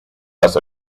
las